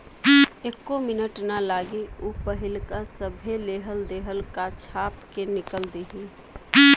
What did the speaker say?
एक्को मिनट ना लागी ऊ पाहिलका सभे लेहल देहल का छाप के निकल दिहि